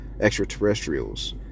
extraterrestrials